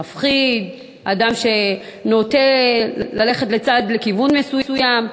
מפחיד, אדם שנוטה ללכת לכיוון מסוים.